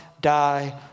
die